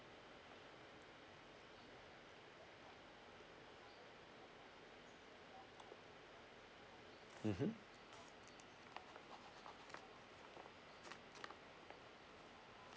mmhmm